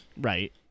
Right